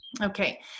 Okay